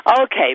Okay